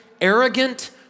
arrogant